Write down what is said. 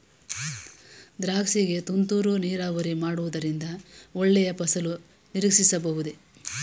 ದ್ರಾಕ್ಷಿ ಗೆ ತುಂತುರು ನೀರಾವರಿ ಮಾಡುವುದರಿಂದ ಒಳ್ಳೆಯ ಫಸಲು ನಿರೀಕ್ಷಿಸಬಹುದೇ?